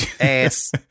ass